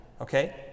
okay